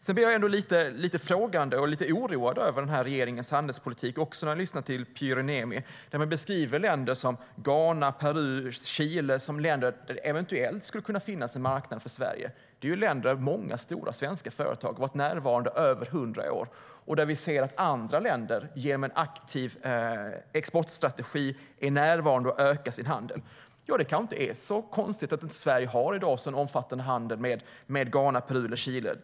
Jag ställer mig lite frågande och blir lite oroad över regeringens handelspolitik också när jag lyssnar till Pyry Niemi. Länder som Ghana, Peru och Chile beskrivs som länder där det eventuellt skulle kunna finnas en marknad för Sverige. Det är länder där många stora svenska företag har varit närvarande i över 100 år, och där vi ser att andra länder genom en aktiv exportstrategi är närvarande och ökar sin handel. Det kanske inte är så konstigt att Sverige inte har så omfattande handel i dag med Ghana, Peru eller Chile.